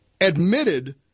admitted